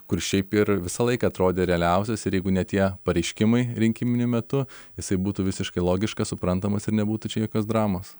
kur šiaip ir visąlaik atrodė realiausias ir jeigu ne tie pareiškimai rinkiminiu metu jisai būtų visiškai logiškas suprantamas ir nebūtų čia jokios dramos